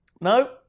No